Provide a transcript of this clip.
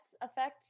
affect